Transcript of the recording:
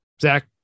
zach